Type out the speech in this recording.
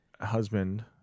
husband